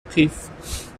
قیف